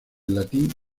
latín